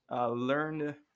learned